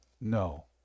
No